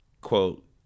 quote